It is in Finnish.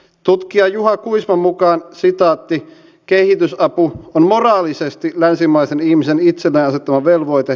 tutkija juha kuisman mukaan kehitysapu on moraalisesti länsimaisen ihmisen itselleen asettama velvoite